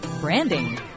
branding